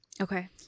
Okay